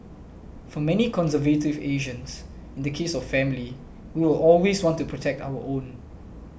for many conservative Asians in the case of family we will always want to protect our own